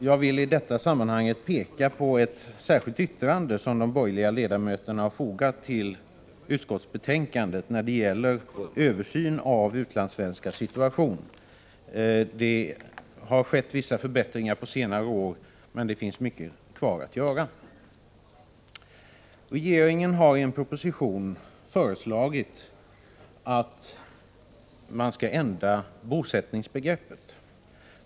Jag vill i detta sammanhang peka på ett särskilt yttrande som de borgerliga ledamöterna har fogat till utskottsbetänkandet när det gäller översyn av utlandssvenskars situation. Vissa förbättringar har skett på senare år, men mycket finns kvar att göra. Regeringen har i en proposition föreslagit att man skall ändra bosättningsbegreppet.